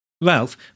Ralph